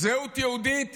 זהות יהודית